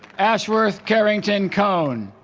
ashworth carrington cone